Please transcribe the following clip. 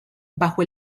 bajo